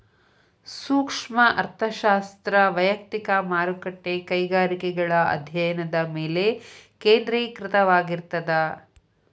ಸೂಕ್ಷ್ಮ ಅರ್ಥಶಾಸ್ತ್ರ ವಯಕ್ತಿಕ ಮಾರುಕಟ್ಟೆ ಕೈಗಾರಿಕೆಗಳ ಅಧ್ಯಾಯನದ ಮೇಲೆ ಕೇಂದ್ರೇಕೃತವಾಗಿರ್ತದ